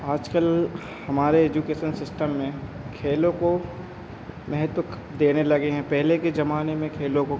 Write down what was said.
आज कल हमारे एजुकेसन सिस्टम में खेलों को महत्व देने लगे हैं पहले के ज़माने में खेलों को